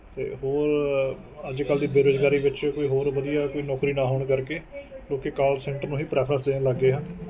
ਅਤੇ ਹੋਰ ਅੱਜ ਕੱਲ੍ਹ ਦੀ ਬੇਰੁਜ਼ਗਾਰੀ ਵਿੱਚ ਕੋਈ ਹੋਰ ਵਧੀਆ ਕੋਈ ਨੌਕਰੀ ਨਾ ਹੋਣ ਕਰਕੇ ਲੋਕ ਕਾਲ ਸੈਂਟਰ ਨੂੰ ਹੀ ਪ੍ਰੈਫਰੈਂਸ ਦੇਣ ਲੱਗ ਗਏ ਹਨ